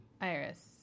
Iris